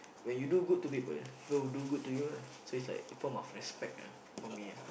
when you do good to people people will do good to you lah so it's like a form of respect ah for me ah